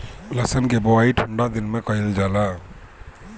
लहसुन के बोआई ठंढा के दिन में कइल जाला